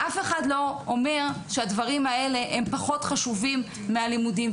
אף אחד לא אומר שהדברים האלה הם פחות חשובים מהלימודים.